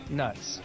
nuts